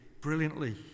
brilliantly